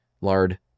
Lard